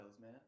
man